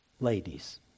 ladies